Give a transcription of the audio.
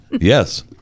yes